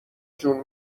جون